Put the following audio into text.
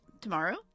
Tomorrow